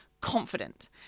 confident